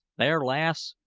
there, lass!